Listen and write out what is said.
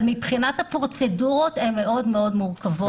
אבל מבחינת הפרוצדורות הן מאוד מורכבות.